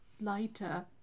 lighter